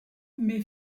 met